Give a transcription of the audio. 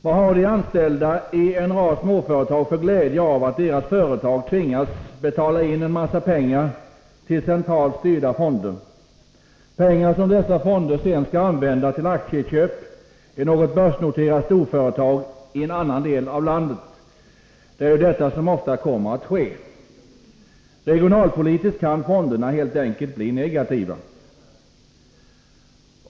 Vad har de anställda i en rad småföretag för glädje av att deras företag tvingas betala in en mängd pengar till centralt styrda fonder — pengar som dessa fonder sedan skall använda till aktieköp i något börsnoterat storföretag i någon annan del av landet? Det är ju detta som ofta kommer att ske. Regionalpolitiskt kan fonderna helt enkelt bli negativa.